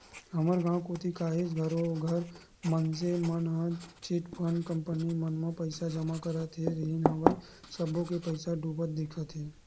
हमर गाँव कोती काहेच घरों घर मनसे मन ह चिटफंड कंपनी मन म पइसा जमा करत रिहिन हवय सब्बो के पइसा डूबत दिखत हे